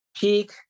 peak